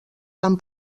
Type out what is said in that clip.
van